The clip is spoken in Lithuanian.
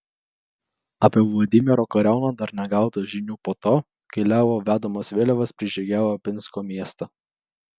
apie vladimiro kariauną dar negauta žinių po to kai levo vedamos vėliavos prižygiavo pinsko miestą